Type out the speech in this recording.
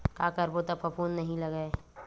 का करबो त फफूंद नहीं लगय?